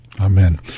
Amen